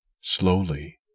Slowly